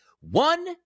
one